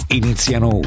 iniziano